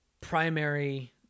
primary